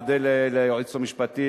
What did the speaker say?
מודה לייעוץ המשפטי,